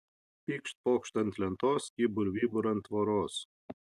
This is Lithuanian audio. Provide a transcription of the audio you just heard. pykšt pokšt ant lentos kybur vybur ant tvoros